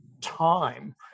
time